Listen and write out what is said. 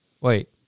wait